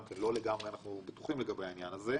גם כן, לא לגמרי אנחנו בטוחים לגבי העניין הזה.